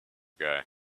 guy